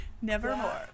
Nevermore